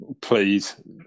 please